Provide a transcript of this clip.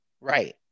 Right